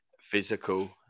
physical